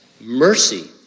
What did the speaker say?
mercy